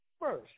first